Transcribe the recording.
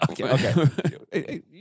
Okay